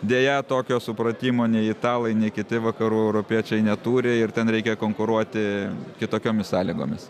deja tokio supratimo nei italai nei kiti vakarų europiečiai neturi ir ten reikia konkuruoti kitokiomis sąlygomis